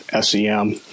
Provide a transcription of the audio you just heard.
SEM